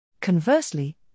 Conversely